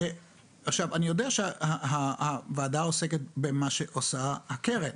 אני יודע שהוועדה עוסקת במה שעושה הקרן,